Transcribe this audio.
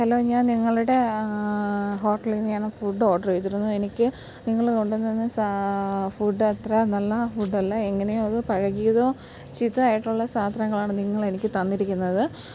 hello ഞാൻ നിങ്ങളുടെ ഹോട്ടലിൽ നിന്ന് ഞാൻ ഫുഡ് ഓഡർ ചെയ്തിരുന്നു എനിക്ക് നിങ്ങൾ കൊണ്ടുതന്ന ഫുഡ് അത്ര നല്ല ഫുഡ് അല്ല എങ്ങനെയോ അത് പഴകിയതോ ചീത്ത ആയിട്ടുള്ള സാധനങ്ങളാണ് നിങ്ങളെനിക്ക് തന്നിരിക്കുന്നത്